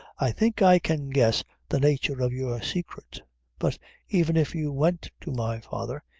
i think i can guess the nature of your secret but even if you went to my father,